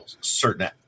certain